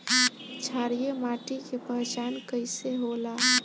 क्षारीय मिट्टी के पहचान कईसे होला?